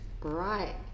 right